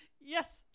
yes